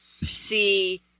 see